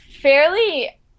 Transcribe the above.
fairly